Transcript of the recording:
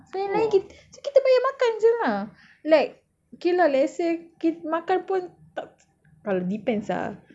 so yang lain kit~ so kita bayar makan jer lah like okay lah let's say kit~ makan pun ta~ !alah! depends ah